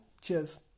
Cheers